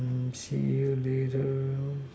see you later